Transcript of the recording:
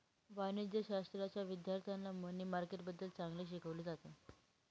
वाणिज्यशाश्राच्या विद्यार्थ्यांना मनी मार्केटबद्दल चांगले शिकवले जाते